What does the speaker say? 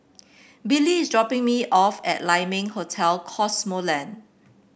Billie is dropping me off at Lai Ming Hotel Cosmoland